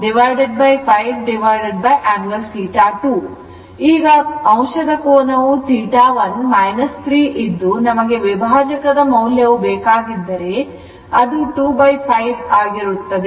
ಈಗ ಅಂಶದ ಕೋನವು 1 3 ಇದ್ದು ನಮಗೆ ವಿಭಾಜಕ ಮೌಲ್ಯವು ಬೇಕಾಗಿದ್ದರೆ ಅದು 25 ಆಗಿರುತ್ತದೆ